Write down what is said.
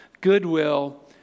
goodwill